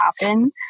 happen